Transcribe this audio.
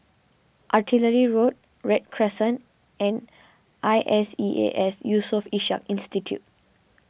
Artillery Road Read Crescent and I S E A S Yusof Ishak Institute